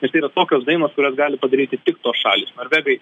nes tai yra tokios dainos kurias gali padaryti tik tos šalys norvegai